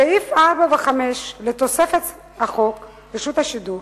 סעיפים 4 ו-5 לתוספת לחוק רשות השידור